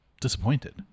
disappointed